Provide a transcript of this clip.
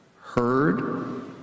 heard